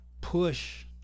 push